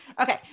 okay